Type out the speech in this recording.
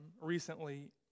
recently